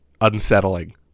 unsettling